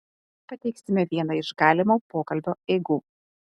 pateiksime vieną iš galimo pokalbio eigų